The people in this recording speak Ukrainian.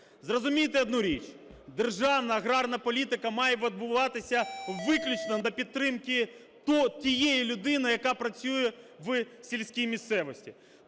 Зрозумійте одну річ, державна аграрна політика має будуватися виключно на підтримці тієї людини, яка працює в сільській місцевості.